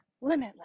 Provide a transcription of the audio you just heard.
limitless